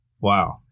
Wow